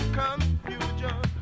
confusion